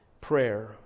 prayer